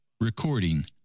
Recording